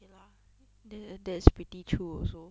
ya lah that's that's pretty true also